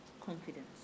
confidence